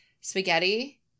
spaghetti